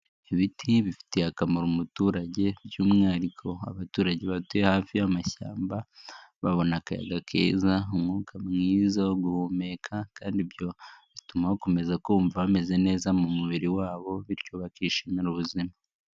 Ibiti bifitiye akamaro umuturage. By'umwihariko abaturage batuye hafi y'amashyamba babona akayaga keza umwuka mwiza wo guhumeka kandi ibyo bituma bakomeza kumva bameze neza mu mubiri wabo bityo bakishimira ubuzima.